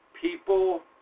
people